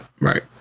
Right